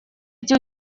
эти